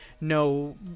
no